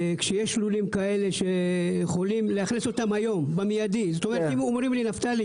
כשיש לולים כאלה שיכולים לאכלס אותם היום במידי אם אומרים לי: נפתלי,